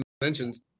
mentions